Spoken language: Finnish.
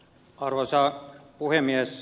arvoisa puhemies